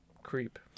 creep